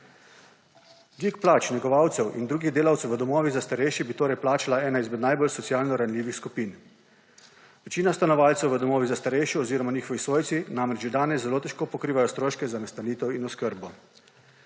Dvig plač negovalcev in drugih delavcev v domovih za starejše bi plačala ena izmed najbolj socialno ranljivih skupin. Večina stanovalcev v domovih za starejše oziroma njihovi svojci namreč že danes zelo težko pokrivajo stroške za nastanitev in oskrbo.